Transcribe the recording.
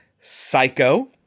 Psycho